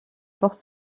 porte